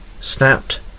snapped